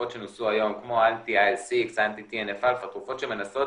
כמו האנטי --- התרופות שמנסות